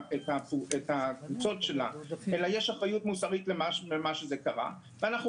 האזרחים אלא אחריות מוסרית למה שקרה ולסיבות לכך.